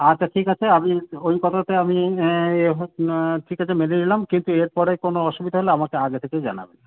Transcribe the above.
আচ্ছা ঠিক আছে আমি ওই কথাতে আমি এ হ ঠিক আছে মেনে নিলাম কিন্তু এর পরে কোনো অসুবিধা হলে আমাকে আগে থেকেই জানাবেন